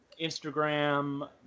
Instagram